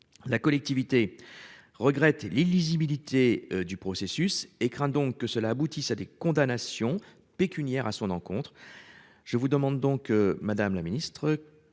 La collectivité regrette l'illisibilité du processus et craint donc que cela n'aboutisse à des condamnations pécuniaires à son encontre. Madame la secrétaire